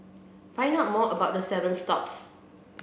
find out more about the seven stops